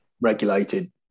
regulated